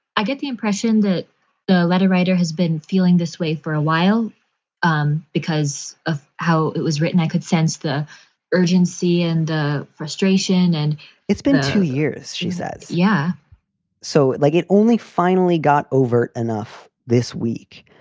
i get the impression that a letter writer has been feeling this way for a while um because of how it was written. i could sense the urgency and frustration and it's been two years, she says. yeah so, like, it only finally got overt enough this week.